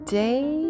day